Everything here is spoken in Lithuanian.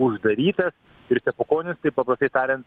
uždarytas ir stepukonis taip paprastai tariant